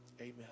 Amen